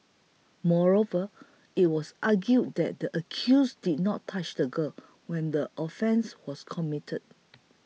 moreover it was argued that the accused did not touch the girl when the offence was committed